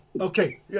Okay